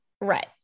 Right